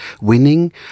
winning